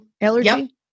allergy